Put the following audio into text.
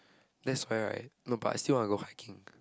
that's very right no but I still want to go hiking